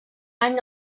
any